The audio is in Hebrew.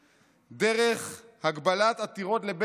דרך הגבלת עתירות לבית המשפט,